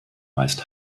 meist